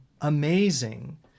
amazing